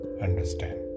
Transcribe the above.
understand